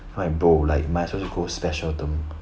bro like might as well go a special term